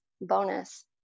bonus